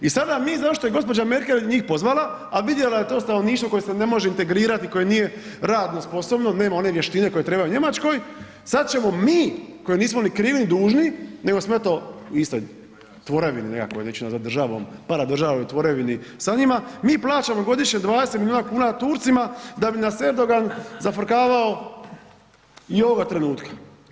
I sada mi zato što je gđa. Merkel njih pozvala, a vidjela je to stanovništvo koje se ne može integrirati, koje nije radno sposobno, nema one vještine koja treba u Njemačkoj, sad ćemo mi koji nismo ni krivi ni dužni, nego smo eto u istoj tvorevini nekakvoj, neću nazvat državom, paradržavnoj tvorevini sa njima, mi plaćamo godišnje 20 milijuna kn Turcima da bi nas Erdogan zafrkavao i ovoga trenutka.